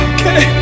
Okay